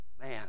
Man